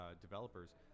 developers